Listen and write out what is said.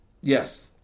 Yes